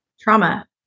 Trauma